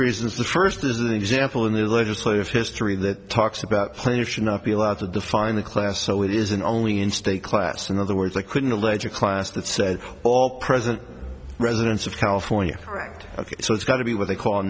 reasons the first is an example in the legislative history that talks about pleasure should not be allowed to define the class so it isn't only in state class in other words i couldn't allege a class that said all present residents of california right ok so it's got to be what they call